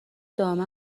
دائما